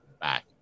back